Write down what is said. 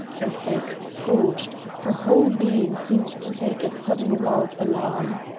her face scorched her whole being seemed to take a sudden wild alarm.